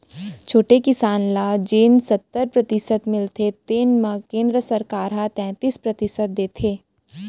छोटे किसान ल जेन सत्तर परतिसत मिलथे तेन म केंद्र सरकार ह तैतीस परतिसत देथे